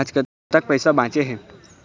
आज कतक पैसा बांचे हे?